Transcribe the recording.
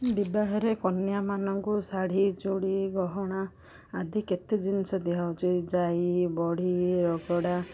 ବିବାହରେ କନ୍ୟାମାନଙ୍କୁ ଶାଢ଼ୀ ଚୁଡ଼ି ଗହଣା ଆଦି କେତେ ଜିନିଷ ଦିଆହେଉଛି ଜାଇ ବଢ଼ି ରଗଡ଼ା